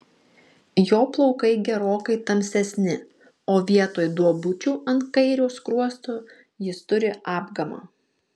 jo plaukai gerokai tamsesni o vietoj duobučių ant kairio skruosto jis turi apgamą